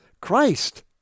Christ